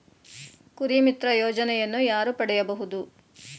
ಕುರಿಮಿತ್ರ ಯೋಜನೆಯನ್ನು ಯಾರು ಪಡೆಯಬಹುದು?